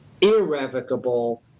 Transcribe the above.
irrevocable